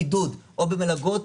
בעידוד או במלגות,